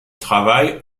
travaille